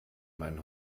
meinen